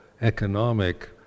economic